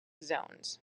zones